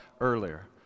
earlier